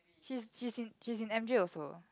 she's she's in she's in m_j also